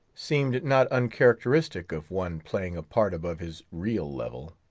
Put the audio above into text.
seemed not uncharacteristic of one playing a part above his real level.